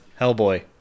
Hellboy